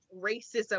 racism